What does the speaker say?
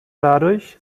dadurch